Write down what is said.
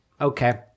okay